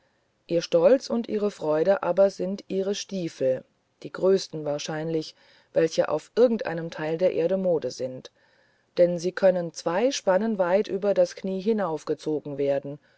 ihr stolz und ihre freude aber sind ihre stiefeln die größten wahrscheinlich welche auf irgendeinem teil der erde mode sind denn sie können zwei spannen weit über das knie hinaufgezogen werden